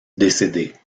décédée